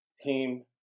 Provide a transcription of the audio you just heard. team